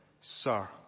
Sir